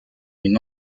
une